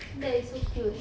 ya it's so cute